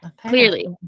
clearly